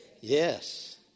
Yes